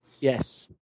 Yes